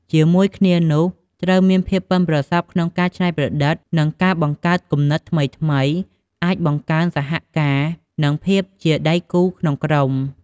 ជាមួយគ្នានោះ ត្រូវមានភាពប៉ិនប្រសប់ក្នុងការច្នៃប្រឌិត និងការបង្កើតគំនិតថ្មីៗ អាចបង្កើនសហការណ៍ និងភាពជាដៃគូក្នុងក្រុម។